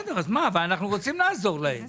בסדר אבל אנחנו רוצים לעזור להם זה